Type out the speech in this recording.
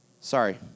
Sorry